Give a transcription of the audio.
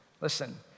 Listen